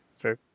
True